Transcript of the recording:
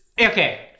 Okay